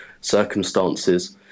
circumstances